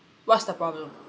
what's the problem